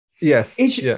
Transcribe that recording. Yes